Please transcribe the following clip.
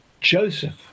Joseph